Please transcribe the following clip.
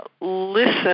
listen